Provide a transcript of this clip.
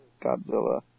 Godzilla